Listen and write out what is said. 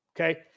okay